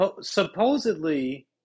supposedly